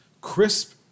crisp